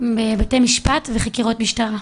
בבתי משפט וחקירות משטרה.